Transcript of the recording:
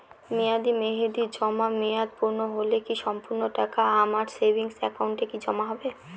মেয়াদী মেহেদির জমা মেয়াদ পূর্ণ হলে কি সম্পূর্ণ টাকা আমার সেভিংস একাউন্টে কি জমা হবে?